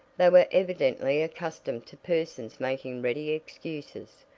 they were evidently accustomed to persons making ready excuses,